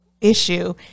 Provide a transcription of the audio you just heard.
issue